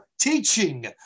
teaching